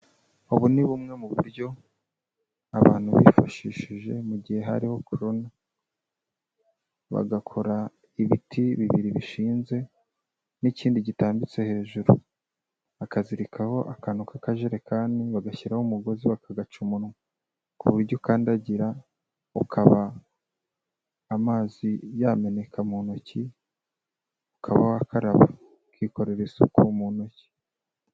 Ubu ni bumwe mu buryo abantu bifashishije mu gihe hariho Corona, bagakora ibiti bibiri bishinze n'ikindi gitambitse hejuru bakazirikaho akantu k'ajerekani bagashyiraho umugozi bakagaca umunwa ku buryo ukandagira ukaba amazi yameneka mu ntoki, ukaba wakaraba ukikorera isuku mu ntoki.